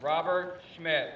robert smith